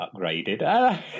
upgraded